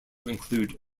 include